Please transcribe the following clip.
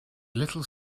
little